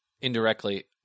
indirectly